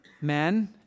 men